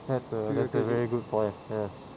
that's a that's a very good point yes